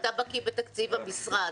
ואתה בקיא בתקציב המשרד.